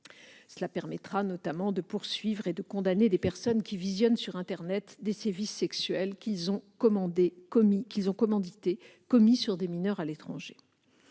Cela permettra notamment de poursuivre et de condamner des personnes qui visionnent sur internet des sévices sexuels qu'ils ont commandités et qui sont commis sur des mineurs à l'étranger.